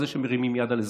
על זה שמרימים יד על אזרחים.